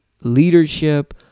leadership